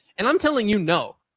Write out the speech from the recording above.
and i'm telling you, no.